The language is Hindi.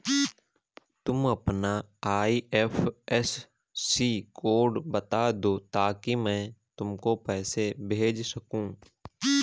तुम अपना आई.एफ.एस.सी कोड बता दो ताकि मैं तुमको पैसे भेज सकूँ